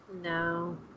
No